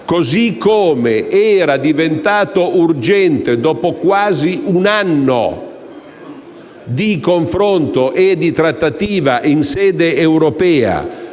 Così come era diventata urgente, dopo quasi un anno di confronto e di trattativa in sede europea,